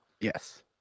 Yes